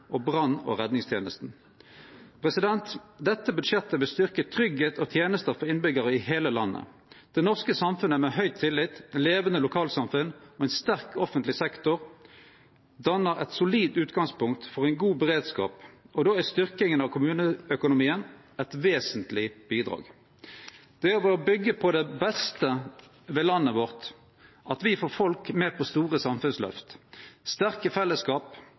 og brann- og redningstenesta. Dette budsjettet vil styrkje tryggleik og tenester for innbyggjarar i heile landet. Det norske samfunnet med høg tillit, levande lokalsamfunn og ein sterk offentleg sektor dannar eit solid utgangspunkt for ein god beredskap. Då er styrkinga av kommuneøkonomien eit vesentleg bidrag. Det er ved å byggje på det beste ved landet vårt at me får folk med på store samfunnsløft. Sterke fellesskap,